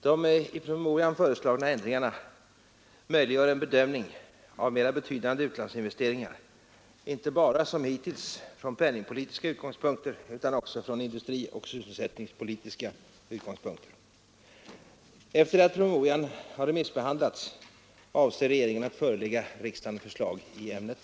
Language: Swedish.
De föreslagna ändringarna möjliggör en bedömning av mer betydande utlandsinvesteringar, inte bara som hittills från penningpolitiska utgångspunkter utan också utifrån industrioch sysselsättningspolitiska utgångspunkter. Efter det att promemorian remissbehandlats avser regeringen att förelägga riksdagen förslag i ämnet.